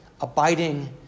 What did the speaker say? abiding